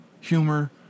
humor